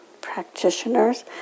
practitioners